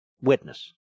witness